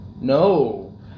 No